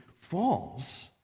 falls